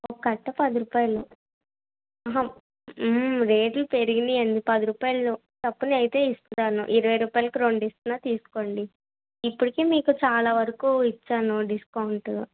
ఒక కట్ట పది రుపాయలు ఆహా రేట్లు పెరిగాయి అండి పది రుపాయలు చప్పునయితే ఇస్తాను ఇరవై రుపాయలకి రెండు ఇస్తన్నా తీసుకోండి ఇప్పుడికె మీకు చాలా వరకు ఇచ్చాను డిస్కౌంటు